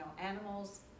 animals